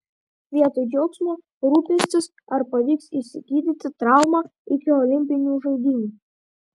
vietoj džiaugsmo rūpestis ar pavyks išsigydyti traumą iki olimpinių žaidynių